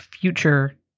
future